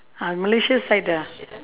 ah malaysia side ah